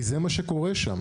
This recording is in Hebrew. כי זה מה שקורה שם